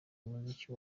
umuziki